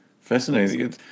fascinating